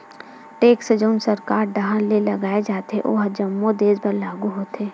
tax जउन सरकार डाहर ले लगाय जाथे ओहा जम्मो देस बर लागू होथे